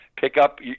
pick-up